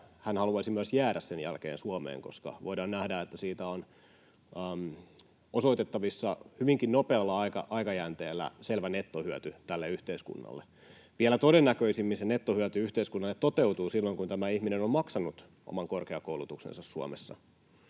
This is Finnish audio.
hän haluaisi myös jäädä sen jälkeen Suomeen, koska voidaan nähdä, että siitä on osoitettavissa hyvinkin nopealla aikajänteellä selvä nettohyöty tälle yhteiskunnalle. Vielä todennäköisemmin se nettohyöty yhteiskunnalle toteutuu silloin, kun tämä ihminen on maksanut oman korkeakoulutuksensa Suomessa.